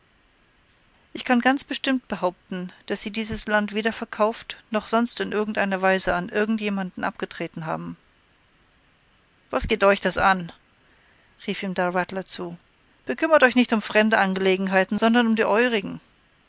ich kann ganz bestimmt behaupten daß sie dieses land weder verkauft noch sonst in irgend einer weise an irgend jemand abgetreten haben was geht das euch an rief ihm da rattler zu bekümmert euch nicht um fremde angelegenheiten sondern um die eurigen